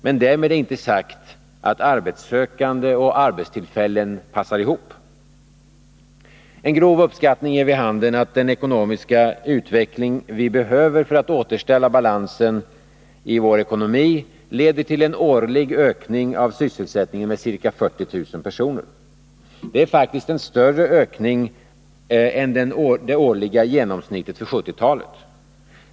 Men därmed är inte sagt att arbetssökande och arbetstillfällen passar ihop. En grov uppskattning ger vid handen att den ekonomiska utveckling vi behöver för att återställa balansen i vår ekonomi leder till en årlig ökning av sysselsättningen med ca 40 000 personer. Det är faktiskt en större ökning än det årliga genomsnittet för 1970-talet.